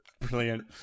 Brilliant